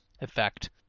effect